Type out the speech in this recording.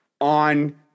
on